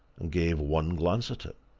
and gave one glance at it.